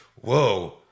Whoa